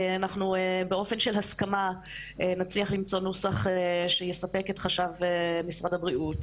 ובאופן של הסכמה נצליח למצוא נוסח שיספק את חשב משרד הבריאות,